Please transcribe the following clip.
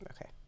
Okay